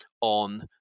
on